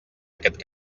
aquest